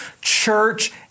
church